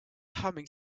humming